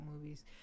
movies